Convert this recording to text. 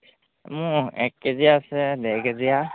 মোৰ এক কেজি আছে ডেৰকেজীয়া